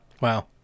wow